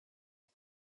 and